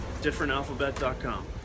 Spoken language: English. Differentalphabet.com